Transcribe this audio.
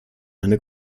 eine